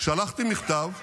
שלחתי מכתב -- למי?